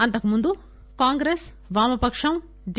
అంతకుముందు కాంగ్రెస్ వామపక్షం డి